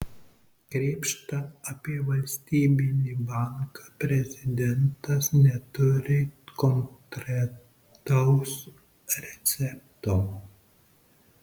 krėpšta apie valstybinį banką prezidentas neturi konkretaus recepto